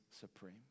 supreme